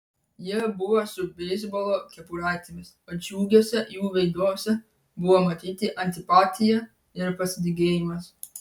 jie buvo su beisbolo kepuraitėmis o džiugiuose jų veiduose buvo matyti antipatija ir pasidygėjimas